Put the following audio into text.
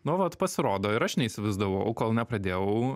nu vat pasirodo ir aš neįsivaizdavau kol nepradėjau